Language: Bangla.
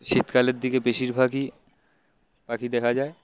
শীতকালের দিকে বেশিরভাগই পাখি দেখা যায়